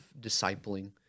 discipling